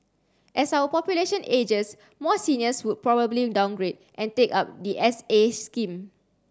as our population ages more seniors would probably downgrade and take up the S A scheme